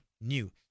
new